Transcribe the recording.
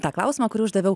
tą klausimą kurį uždaviau